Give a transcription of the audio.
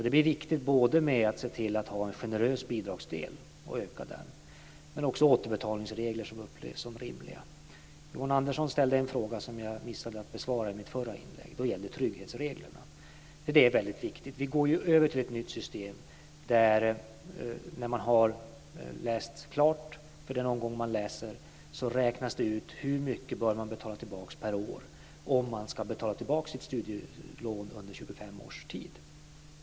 Det blir viktigt både att se till att ha en generös bidragsdel och öka den och att ha återbetalningsregler som upplevs som rimliga. Yvonne Andersson ställde en fråga som jag missade att besvara i mitt förra inlägg, och det gällde trygghetsreglerna. Det är mycket viktigt. Vi går över till ett nytt system som innebär att när man har läst klart en omgång räknas det ut hur mycket man bör betala tillbaka per år om man ska betala tillbaka sitt studielån under 25 års tid.